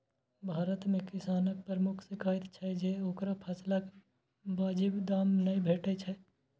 भारत मे किसानक प्रमुख शिकाइत छै जे ओकरा फसलक वाजिब दाम नै भेटै छै